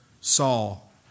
Saul